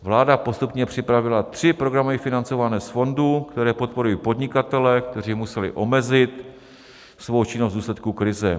Vláda postupně připravila tři programy financované z fondu, které podporují podnikatele, kteří museli omezit svou činnost v důsledku krize.